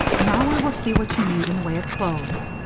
now we will see what you need in the way of clothes.